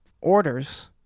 orders